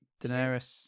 Daenerys